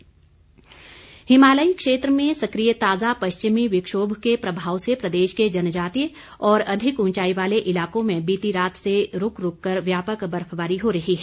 मौसम हिमालयी क्षेत्र में सक्रिय ताजा पश्चिमी विक्षोभ के प्रभाव से प्रदेश के जनजातीय और अधिक उंचाई वाले इलाकों में बीती रात से रूक रूक कर व्यापक बर्फबारी हो रही है